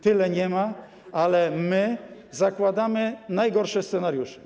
Tyle nie ma, ale my zakładamy najgorszy scenariusz.